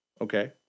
Okay